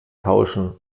tauschen